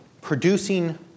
producing